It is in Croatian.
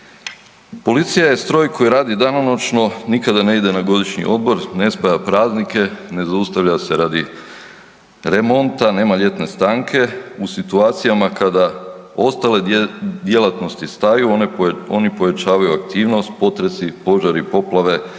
Policija je stroj koji radi danonoćno, nikada ne ide na godišnji odmor, ne spaja praznike, ne zaustavlja se radi remonta, nema ljetne stanke, u situacijama kada ostale djelatnosti staju, oni pojačavaju aktivnost, potresi, požari, poplave,